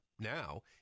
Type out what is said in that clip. Now